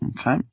Okay